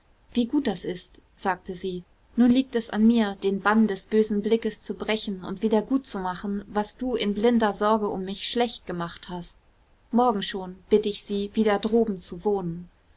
wie gut das ist sagte sie nun liegt es an mir den bann des bösen blickes zu brechen und wieder gut zu machen was du in blinder sorge um mich schlecht gemacht hast morgen schon bitt ich sie wieder droben zu wohnen